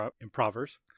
improvers